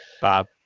Bob